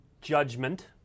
Judgment